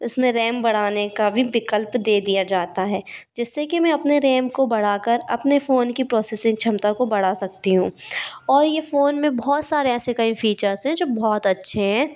इस में रैम बढ़ाने का भी विकल्प दे दिया जाता है जिस से कि मैं अपने रैम को बढ़ा कर अपने फ़ोन की प्रोसेसिंग क्षमता को बढ़ा सकती हूँ और ये फ़ोन में बहुत सारे ऐसे कई फीचर्स हैं जो बहुत अच्छे है